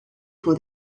for